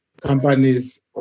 companies